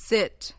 Sit